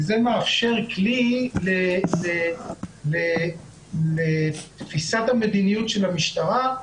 וזה מאפשר כלי לתפיסת המדיניות של המשטרה,